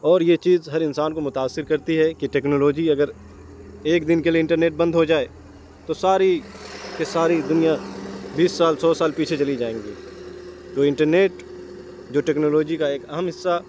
اور یہ چیز ہر انسان کو متاثر کرتی ہے کہ ٹیکنالوجی اگر ایک دن کے لیے انٹرنیٹ بند ہو جائے تو ساری کے ساری دنیا بیس سال سو سال پیچھے چلی جائیں گی تو انٹرنیٹ جو ٹیکنالوجی کا ایک اہم حصہ